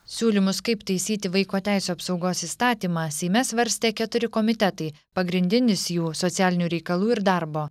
siūlymus kaip taisyti vaiko teisių apsaugos įstatymą seime svarstė keturi komitetai pagrindinis jų socialinių reikalų ir darbo